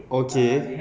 okay